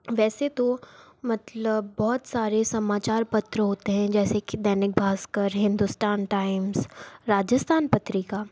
वैसे तो मतलब बहुत सारे समाचार पत्र होते हैं जैसे कि दैनिक भास्कर हिंदुस्तान टाइम्स राजस्थान पत्रिका